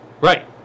Right